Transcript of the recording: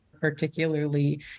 particularly